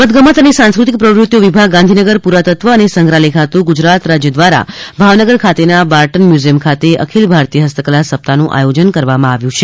રમત ગમત અને સાંસ્કૃતિક પ્રવૃત્તિઓ વિભાગ ગાંધીનગર પુરાતત્વ અને સંગ્રહાલય ખાતુ ગુજરાત રાજ્ય દ્વારા ભાવનગર ખાતેના બાર્ટન મ્યુઝિયમ ખાતે અખિલ ભારતીય હસ્તકલા સપ્તાહનું આયોજન કરવામાં આવ્યું છે